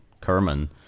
Kerman